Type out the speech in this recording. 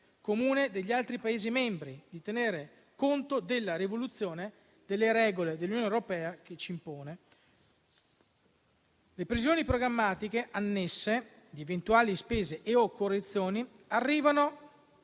comuni agli altri Paesi membri, di tenere conto della rivoluzione delle regole che l'Unione europea ci impone. Le previsioni programmatiche annesse di eventuali spese e/o correzioni arrivano